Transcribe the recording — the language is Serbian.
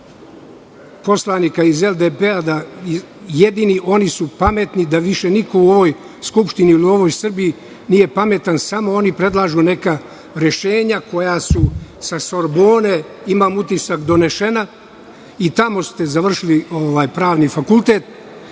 poslanika iz LDP da su ono jedini pametni i da više niko u ovoj skupštini ili u Srbiji nije pametan, nego samo oni predlažu neka rešenja koja su sa Sorbone, imam utisak, donesena i tamo ste završili pravni fakultet.